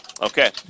Okay